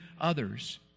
others